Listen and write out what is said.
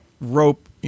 rope